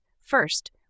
First